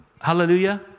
Hallelujah